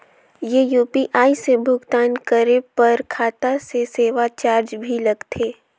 ये यू.पी.आई से भुगतान करे पर खाता से सेवा चार्ज भी लगथे?